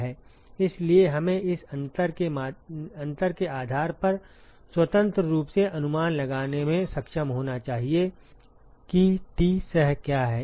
इसलिए हमें इस अंतर के आधार पर स्वतंत्र रूप से अनुमान लगाने में सक्षम होना चाहिए कि टी सह क्या है